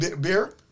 beer